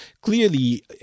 clearly